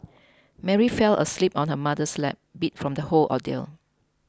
Mary fell asleep on her mother's lap beat from the whole ordeal